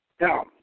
Now